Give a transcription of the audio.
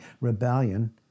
Rebellion